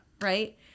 right